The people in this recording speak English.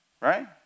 right